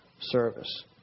service